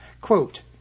Quote